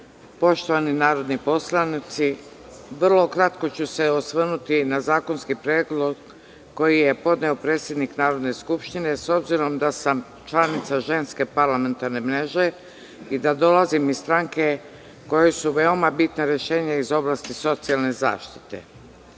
poštovani narodni poslanici, vrlo kratko ću se osvrnuti na zakonski predlog koji je podneo predsednik Narodne skupštine, s obzirom da sam članica Ženske parlamentarne mreže i da dolazim iz stranke kojoj su veoma bitna rešenja iz oblasti socijalne zaštite. Podsećam